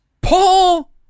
Paul